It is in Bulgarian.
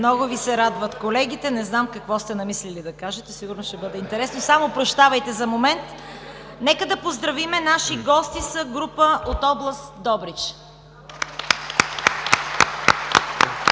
Много Ви се радват колегите, не знам какво сте намисли да кажете – сигурно ще бъде интересно. Прощавайте за момент. Нека да поздравим – наши гости са група от област Добрич.